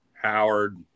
howard